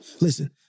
listen